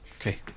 Okay